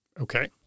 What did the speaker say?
Okay